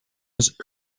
his